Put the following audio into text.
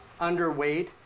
underweight